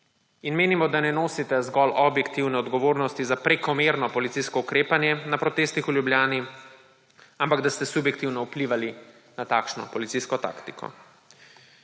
In menimo, da ne nosite zgolj objektivne odgovornosti za prekomerno policijsko ukrepanje na protestih v Ljubljani, ampak da ste subjektivno vplivali na takšno policijsko taktiko.